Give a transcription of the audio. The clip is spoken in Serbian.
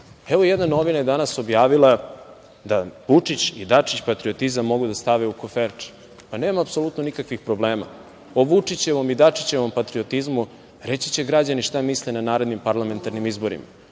Evo, jedna novina je danas objavila da Vučić i Dačić patriotizam mogu da stave u koferče. Nema apsolutno nikakvih problema. O Vučićevom i Dačićevom patriotizmu reći će građani šta misle na narednim parlamentarnim izborima.